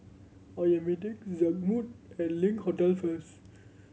I am meeting Zigmund at Link Hotel first